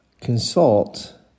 consult